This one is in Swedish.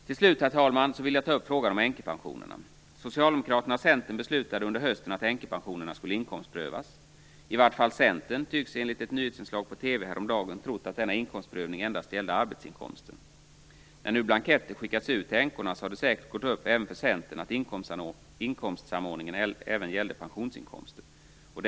Till slut, herr talman, vill jag ta upp frågan om änkepensionerna. Socialdemokraterna och Centern beslutade under hösten att änkepensionerna skulle inkomstprövas. I vart fall Centern tycks, enligt ett nyhetsinslag på TV häromdagen, ha trott att denna inkomstprövning endast gällde arbetsinkomster. När nu blanketter skickas ut till änkorna så har det säkert gått upp även för Centern att inkomstsamordningen även gällde pensionsinkomster.